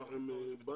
יש לכם בית?